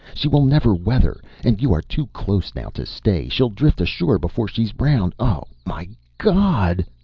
she will never weather, and you are too close now to stay. she'll drift ashore before she's round. oh my god!